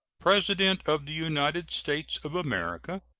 president of the united states of america,